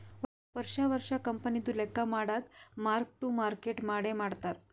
ವರ್ಷಾ ವರ್ಷಾ ಕಂಪನಿದು ಲೆಕ್ಕಾ ಮಾಡಾಗ್ ಮಾರ್ಕ್ ಟು ಮಾರ್ಕೇಟ್ ಮಾಡೆ ಮಾಡ್ತಾರ್